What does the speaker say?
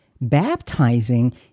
baptizing